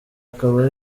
akaba